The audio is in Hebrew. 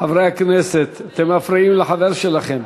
חברי הכנסת, אתם מפריעים לחבר שלכם.